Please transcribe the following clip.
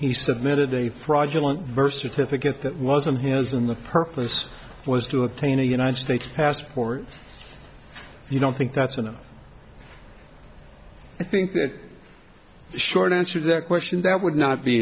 he submitted a fraudulent birth certificate that wasn't his in the purpose was to obtain a united states passport you don't think that's enough i think that short answer that question that would not be